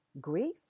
grief